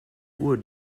uhr